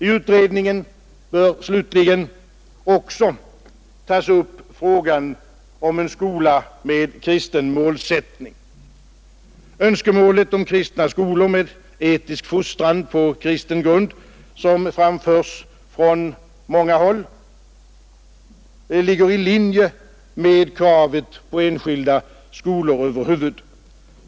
I utredningen bör slutligen också tas upp frågan om en skola med kristen målsättning. Önskemålet om kristna skolor med etisk fostran på kristen grund, som framförs från många håll, ligger i linje med kravet på enskilda skolor över huvud.